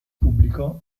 pubblicò